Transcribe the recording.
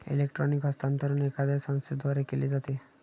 electronic हस्तांतरण एखाद्या संस्थेद्वारे केले जाते